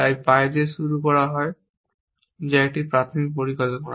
তাই পাই 0 দিয়ে শুরু হয় যা একটি প্রাথমিক পরিকল্পনা